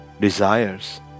desires